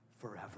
forever